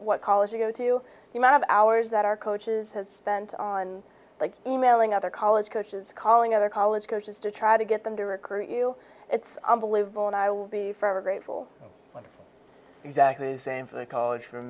what college you go to you might have hours that our coaches had spent on like emailing other college coaches calling other college coaches to try to get them to recruit you it's unbelievable and i will be forever grateful when exactly the same for the college f